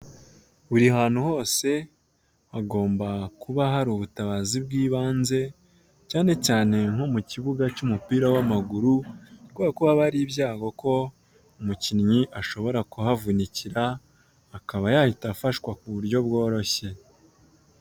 Buri hantu hose hagomba kuba hari ubutabazi bw'ibanze cyane cyane nko mu kibuga cy'umupira w'amaguru, kubera ko haba hari ibyago ko umukinnyi ashobora kuhavunikira, akaba yahita afashwa ku buryo bworoshye.